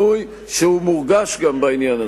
מורגש גם שינוי, שמורגש גם בעניין הזה.